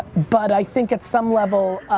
but i think at some level,